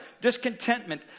discontentment